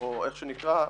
או איך שנקרא להם,